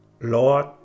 Lord